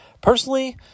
personally